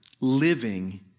living